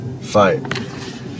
Fight